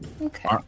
Okay